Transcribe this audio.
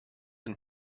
and